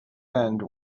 end